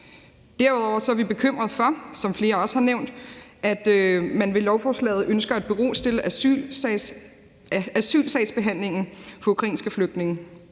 som flere også har nævnt, at man ved lovforslaget ønsker at berostille asylsagsbehandlingen for ukrainske flygtninge.